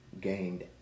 gained